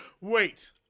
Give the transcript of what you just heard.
wait